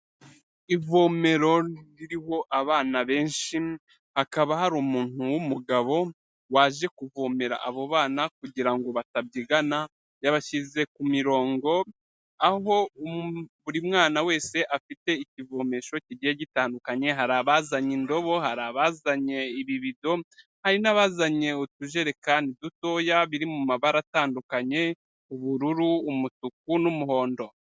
Ivomero ririho abana benshi, hakaba hari umuntu wumugabo waje kuvomera abo bana kugirango batabyigana. Yabashyize ku mirongo, aho buri mwana wese afite ikivomesho kigiye gitandukanye. Hari abazanye indobo, hari abazanye ibi bido, hari n'abazanye utujerekani dutoya biri mu mabara atandukanye ubururu, umutuku n'umuhondo.